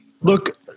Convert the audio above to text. look